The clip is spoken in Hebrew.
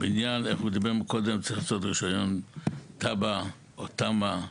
הוא דיבר מקודם, צריך לעשות רישיון תב"ע ותמ"א,